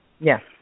Yes